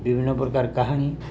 ବିଭିନ୍ନ ପ୍ରକାର କାହାଣୀ